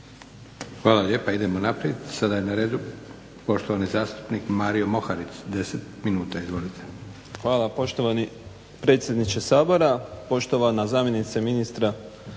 Hvala lijepo. Idemo naprijed. Sada je na redu poštovani zastupnik Mario Moharić deset minuta. Izvolite. **Moharić, Mario (SDP)** Hvala poštovani predsjedniče Sabora, poštovana zamjenice ministrice